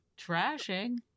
trashing